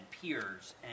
peers